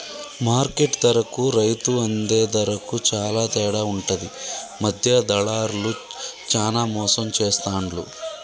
market ధరకు రైతు అందే ధరకు చాల తేడా ఉంటది మధ్య దళార్లు చానా మోసం చేస్తాండ్లు